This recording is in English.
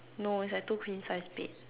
no it's like two queen size bed